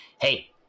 hey